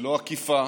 ללא עקיפה